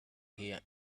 here